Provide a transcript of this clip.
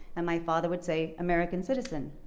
and my father would say, american citizen.